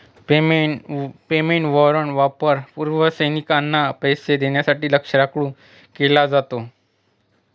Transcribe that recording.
payment वॉरंटचा वापर पूर्वी सैनिकांना पैसे देण्यासाठी लष्कराकडून केला जात असे